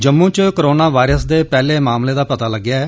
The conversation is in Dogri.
जम्मू च कोराना वायरस दे पैहले मामले दा पता लग्गेआ ऐ